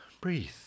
breathe